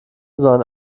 sondern